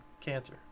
cancer